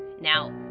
Now